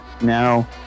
Now